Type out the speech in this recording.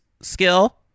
skill